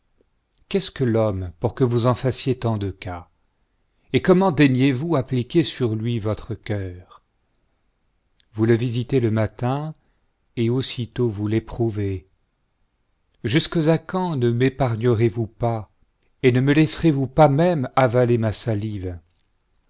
qu'est-ce que l'homme pour que vous en fassiez tant de cas et comment daignez-vous appliquer sur lui votre cœur vous le visitez le matin et aussitôt vous l'éprouvez jusques à quand ne ra'épargnerezvous pas et ne me laisserez-vouk pas même avaler ma salive